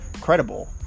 credible